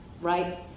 right